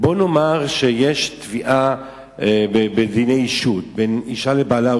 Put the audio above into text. בוא נאמר שיש תביעה בדיני אישות בין אשה לבעלה,